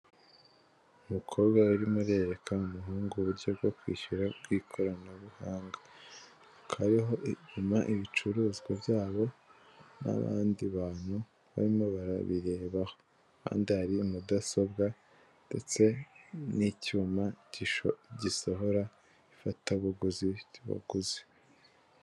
Umukobwa urimo arereka umuhungu uburyo bwo kwishyura bw'ikoranabuhanga, hakaba hariho ibicuruzwa byabo n'abandi bantu barimo barabirebaho, ku ruhande hari mudasobwa ndetse n'icyuma gisohora ifatabuguzifite ku baguzi.